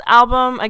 album